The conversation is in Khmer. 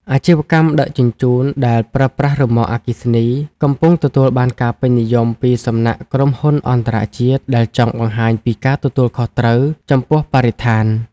អាជីវកម្មដឹកជញ្ជូនដែលប្រើប្រាស់រ៉ឺម៉កអគ្គិសនី កំពុងទទួលបានការពេញនិយមពីសំណាក់ក្រុមហ៊ុនអន្តរជាតិដែលចង់បង្ហាញពីការទទួលខុសត្រូវចំពោះបរិស្ថាន។